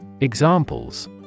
Examples